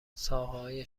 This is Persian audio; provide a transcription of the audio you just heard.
ساقههای